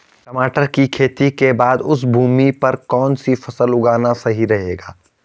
टमाटर की खेती के बाद उस भूमि पर कौन सी फसल उगाना सही रहेगा?